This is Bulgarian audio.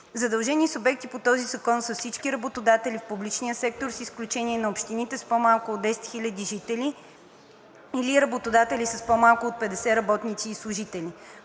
Задължени субекти по този закон са всички работодатели в публичния сектор с изключение на общините с по-малко от 10 хиляди жители или работодатели с по-малко от 50 работници или служители.